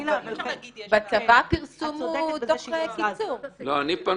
לא --- בצבא פרסמו דוח קיצור --- פעם